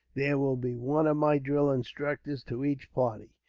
there will be one of my drill instructors to each party,